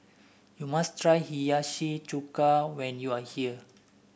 you must try Hiyashi Chuka when you are here